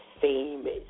famous